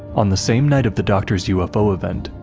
on the same night of the doctor's ufo event,